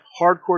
Hardcore